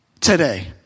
today